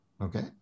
Okay